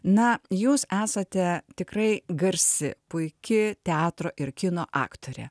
na jūs esate tikrai garsi puiki teatro ir kino aktorė